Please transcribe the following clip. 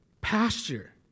pasture